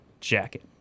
jacket